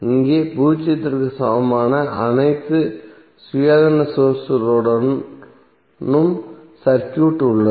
இங்கே பூஜ்ஜியத்திற்கு சமமான அனைத்து சுயாதீன சோர்ஸ்களுடனும் சர்க்யூட் உள்ளது